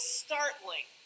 startling